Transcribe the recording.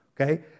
okay